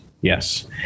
Yes